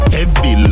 Heavy